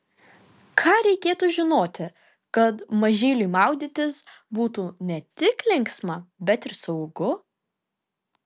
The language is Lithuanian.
ką reikėtų žinoti kad mažyliui maudytis būtų ne tik linksma bet ir saugu